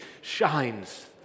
shines